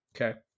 Okay